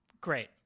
Great